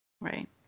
Right